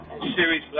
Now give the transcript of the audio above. series